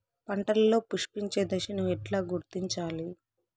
పంటలలో పుష్పించే దశను ఎట్లా గుర్తించాలి?